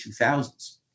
2000s